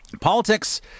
Politics